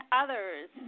others